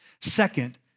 Second